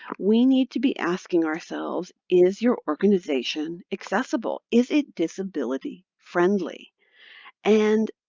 we need to be asking ourselves, is your organization accessible? is it disability-friendly? and